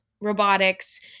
robotics